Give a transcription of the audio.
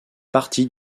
partie